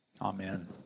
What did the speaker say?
Amen